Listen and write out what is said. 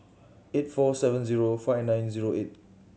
eight four seven zero five nine zero eight